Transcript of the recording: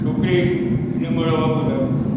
છોકરીને મળવા બોલાવે છે